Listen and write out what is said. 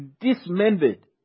dismembered